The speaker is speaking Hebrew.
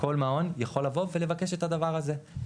כל מעון יכול לבוא ולבקש את הדבר הזה.